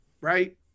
right